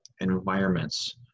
environments